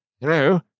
Hello